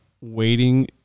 waiting